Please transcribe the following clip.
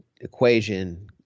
equation